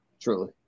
Truly